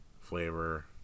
flavor